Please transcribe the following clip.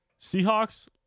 Seahawks